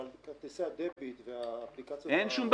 אבל כרטיסי הדביט והאפליקציות --- אין שום בעיה עם הדביט.